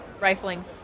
rifling